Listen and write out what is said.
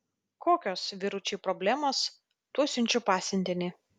kokios vyručiai problemos tuoj siunčiu pasiuntinį